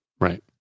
Right